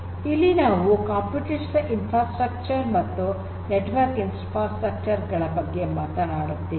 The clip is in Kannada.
ಇಲ್ಲಿ ನಾವು ಕಂಪ್ಯೂಟೇಷನಲ್ ಇನ್ಫ್ರಾಸ್ಟ್ರಕ್ಚರ್ ಮತ್ತು ನೆಟ್ವರ್ಕ್ ಇನ್ಫ್ರಾಸ್ಟ್ರಕ್ಚರ್ ಗಳ ಬಗ್ಗೆ ಮಾತನಾಡುತ್ತೇವೆ